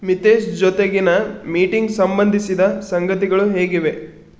ಮಿತೇಶ್ ಜೊತೆಗಿನ ಮೀಟಿಂಗ್ ಸಂಬಂಧಿಸಿದ ಸಂಗತಿಗಳು ಹೇಗಿವೆ